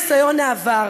בהתאם לניסיון העבר,